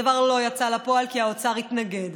הדבר לא יצא לפועל כי האוצר התנגד.